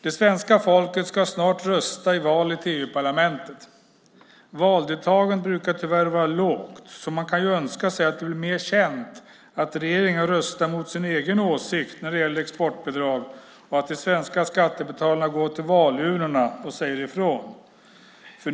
Det svenska folket ska snart rösta i valet till EU-parlamentet. Valdeltagandet brukar tyvärr vara lågt, så man kan önska sig att det blir mer känt att regeringen har röstat mot sin egen åsikt när det gäller exportbidrag och att de svenska skattebetalarna då går till valurnorna och säger ifrån.